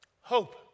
Hope